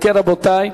אם כן, רבותי,